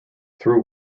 through